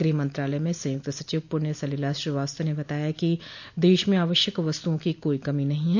गृह मंत्रालय में संयुक्त सचिव पुण्य सलिला श्रीवास्तव ने बताया कि देश में आवश्यक वस्तुओं की कोई कमी नहीं है